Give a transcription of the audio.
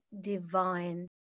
divine